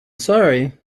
sorry